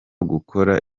gukora